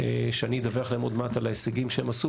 שאני אדווח עוד מעט על ההישגים שהם עשו